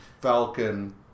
Falcon